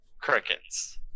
Crickets